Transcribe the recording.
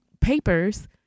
papers